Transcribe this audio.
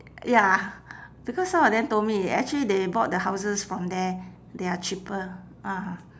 ya because some of them told me actually they bought the houses from there they are cheaper ah